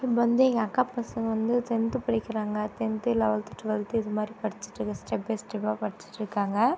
இப்போ வந்து எங்கள் அக்கா பசங்கள் வந்து டென்த்து படிக்கிறாங்க டென்த்து லவெல்த்து ட்வெல்த்து இதுமாதிரி படிச்சிட்டு இருக்கிற ஸ்டெப் பை ஸ்டெப்பாக படிச்சிட்டு இருக்காங்கள்